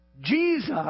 Jesus